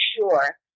sure